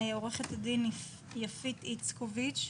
עו"ד יפית איצקוביץ.